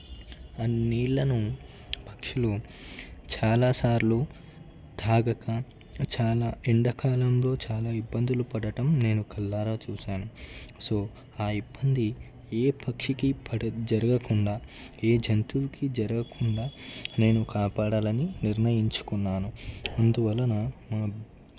ఆ నీళ్లను పక్షులు చాలాసార్లు తాగక చాలా ఎండాకాలంలో చాలా ఇబ్బందులు పడటం నేను కళ్ళారా చూశాను సో ఆ ఇబ్బంది ఏ పక్షికి జరగకుండా ఏ జంతువుకి జరగకుండా నేను కాపాడాలని నిర్ణయించుకున్నాను అందువలన మా